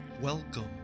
Welcome